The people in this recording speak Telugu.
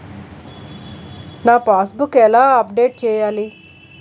నా పాస్ బుక్ ఎలా అప్డేట్ చేయాలి?